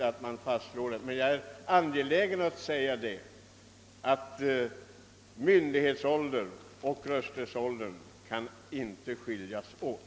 Jag är emellertid angelägen att säga att myndighetsåldern och rösträttsåldern inte bör skiljas åt.